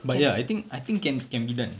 but ya I think I think can can be done